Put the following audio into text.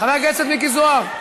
חבר הכנסת מיקי זוהר.